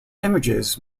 images